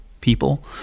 people